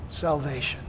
salvation